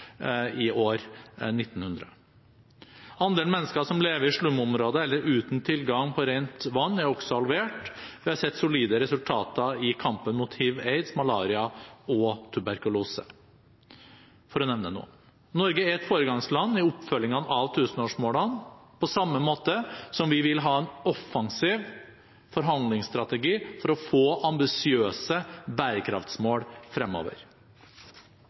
i år 1900. Andelen mennesker som lever i slumområder eller uten tilgang på rent vann, er også halvert. Vi har sett solide resultater i kampen mot hiv, aids, malaria og tuberkulose, for å nevne noen. Norge er et foregangsland i oppfølgingen av tusenårsmålene, på samme måte som vi vil ha en offensiv forhandlingsstrategi for å få ambisiøse bærekraftmål fremover.